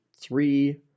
three